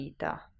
vita